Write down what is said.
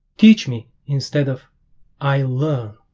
teach me instead of i learn